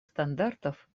стандартов